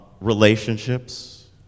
Relationships